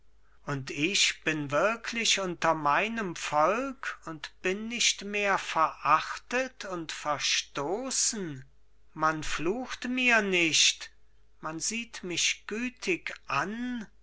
und ich bin wirklich unter meinem volk und bin nicht mehr verachtet und verstoßen man flucht mir nicht man sieht mich gütig an